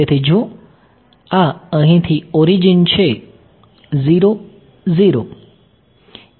તેથી જો આ અહીંથી ઓરીજીન છે 00